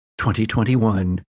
2021